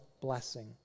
blessing